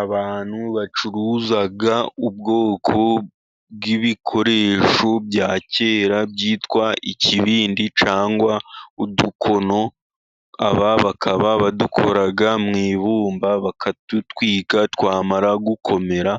Abantu bacuruza ubwoko bw'ibikoresho bya kera byitwa ikibindi cyangwa udukono. Aba bakaba badukora mu ibumba, bakadutwika, twamara gukomera